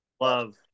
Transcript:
love